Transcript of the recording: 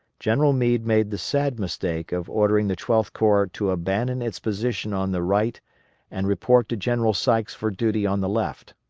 general meade made the sad mistake of ordering the twelfth corps to abandon its position on the right and report to general sykes for duty on the left.